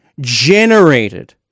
generated